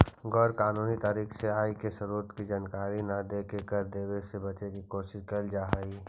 गैर कानूनी तरीका से आय के स्रोत के जानकारी न देके कर देवे से बचे के कोशिश कैल जा हई